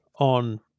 on